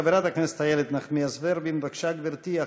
חברת הכנסת איילת נחמיאס ורבין, בבקשה, גברתי.